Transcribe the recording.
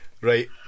right